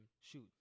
Shoot